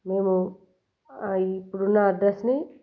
మేము ఇప్పుడు ఉన్న అడ్రస్ని